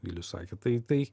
vilius sakė tai tai